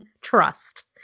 Trust